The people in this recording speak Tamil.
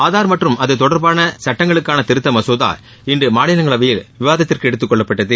ஆதார் மற்றும் அது தொடர்பான சட்டங்களுக்கான திருத்த மசோதா இன்று மாநிலங்களவையில் விவாதத்திற்கு எடுத்துக்கொள்ளப்பட்டது